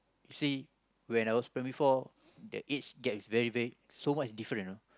see when I was primary four that age gap is very very so much different you know